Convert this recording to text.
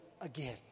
again